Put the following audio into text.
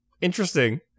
interesting